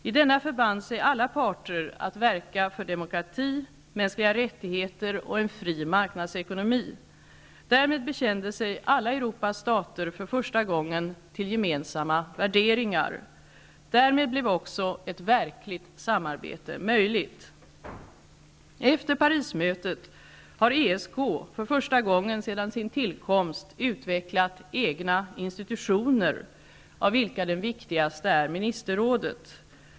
I denna förband sig alla parter att verka för demokrati, mänskliga rättigheter och en fri marknadsekonomi. Därmed bekände sig alla Europas stater för första gången till gemensamma värderingar. Därmed blev också ett verkligt samarbete möjligt. Efter Parismötet har ESK för första gången sedan sin tillkomst utvecklat egna institutioner, av vilka den viktigaste är ministerrådet.